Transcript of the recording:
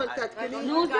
היא הייתה